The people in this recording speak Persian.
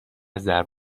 ضرب